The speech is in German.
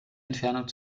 entfernung